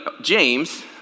James